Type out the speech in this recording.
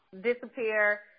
disappear